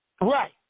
right